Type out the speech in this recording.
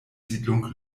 siedlung